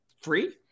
free